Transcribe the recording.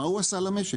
מה הוא עשה למשק,